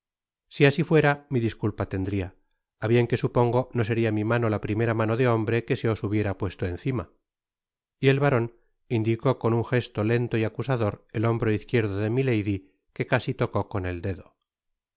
si asi fuera mi disculpa tendria a bien que supodgo no seria mi mano la primera mano de hombre que se os hubiera puesto encima y el baron indicó con un jesto lento y acusador el hombro izquierdo de milady que casi tocó con el dedo content